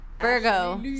Virgo